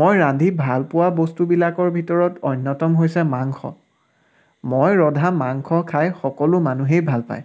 মই ৰান্ধি ভাল পোৱা বস্তুবিলাকৰ ভিতৰত অন্যতম হৈছে মাংস মই ৰন্ধা মাংস খাই সকলো মানুহেই ভাল পায়